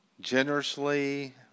generously